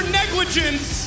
negligence